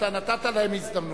אתה נתת להם הזדמנות.